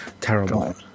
terrible